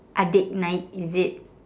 adik naik is it